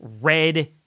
red